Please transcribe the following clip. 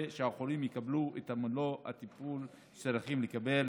שהחולים יקבלו את מלוא הטיפול שהם צריכים לקבל